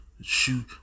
Shoot